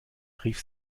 rief